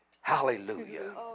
Hallelujah